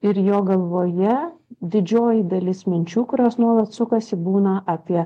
ir jo galvoje didžioji dalis minčių kurios nuolat sukasi būna apie